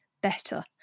better